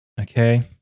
Okay